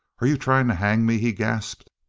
are you trying to hang me? he gasped.